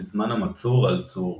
בזמן המצור על צור.